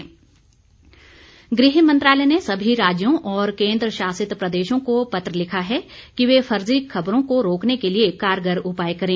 फर्जी खबरें गृह मंत्रालय ने सभी राज्यों और केंद्र शासित प्रदेशों को पत्र लिखा है कि वे फर्जी खबरों को रोकने के लिए कारगार उपाय करें